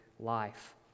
life